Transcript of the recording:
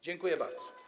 Dziękuję bardzo.